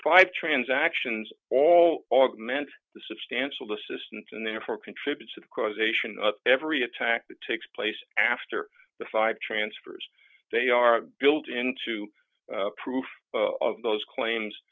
five transactions all augment the substantial assistance and therefore contributes to the causation of every attack that takes place after the five transfers they are built into proof of those